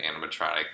animatronic